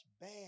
bad